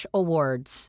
awards